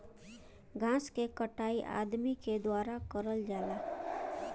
घास के कटाई अदमी के द्वारा करल जाला